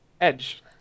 Edge